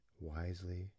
wisely